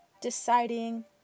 deciding